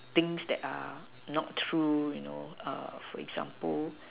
things that are not true you know for example